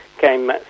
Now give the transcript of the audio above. came